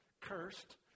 cursed